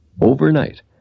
overnight